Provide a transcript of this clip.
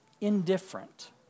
indifferent